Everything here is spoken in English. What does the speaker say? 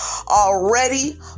already